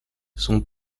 son